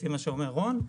לפי מה שאומר רון.